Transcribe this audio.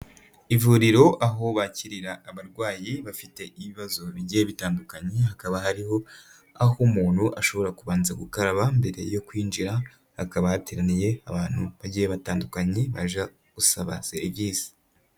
Ivuriro aho bakirira abarwayi bafite ibibazo bigiye bitandukanye, hakaba hariho aho umuntu ashobora kubanza gukaraba mbere yo kwinjira, hakaba hateraniye abantu bagiye batandukanye baje gusaba serivisi.